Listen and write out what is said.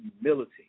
humility